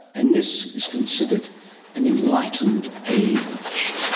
and this is considered an enlightened age.